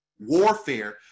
warfare